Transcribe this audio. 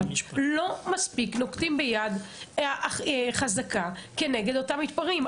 לא נוקטים ביד חזקה כנגד אותם מתפרעים.